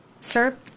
sir